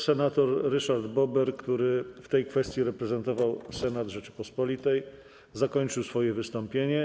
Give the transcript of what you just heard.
Senator Ryszard Bober, który w tej kwestii reprezentował Senat Rzeczypospolitej, zakończył swoje wystąpienie.